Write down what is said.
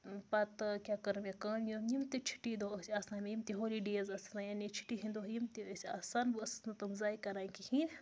پَتہٕ کیٛاہ کٔر مےٚ کٲم یہِ یِم تہِ چھُٹی دۄہ ٲسۍ آسان مےٚ یِم تہِ ہولِڈیز ٲسۍ آسان یعنی چھُٹی ہِنٛدۍ دۄہ یِم تہِ ٲسۍ آسان بہٕ ٲسٕس نہٕ تِم زایہِ کَران کِہیٖنۍ